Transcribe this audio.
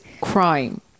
crime